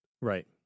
Right